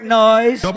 noise